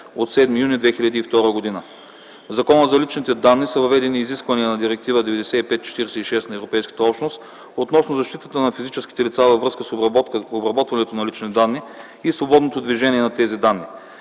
от 7 юни 2002 г.). В Закона за защита на личните данни са въведени изискванията на Директива 95/46/ЕО относно защитата на физическите лица във връзка с обработването на лични данни и свободното движение на тези данни,